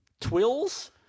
Twills